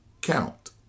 count